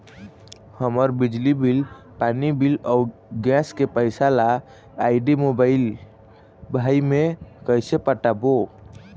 हमर बिजली बिल, पानी बिल, अऊ गैस के पैसा ला आईडी, मोबाइल, भाई मे कइसे पटाबो?